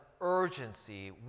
urgency